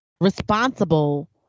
responsible